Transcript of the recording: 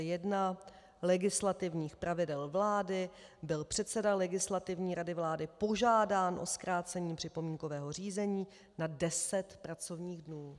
1 legislativních pravidel vlády byl předseda Legislativní rady vlády požádán o zkrácení připomínkového řízení na 10 pracovních dnů.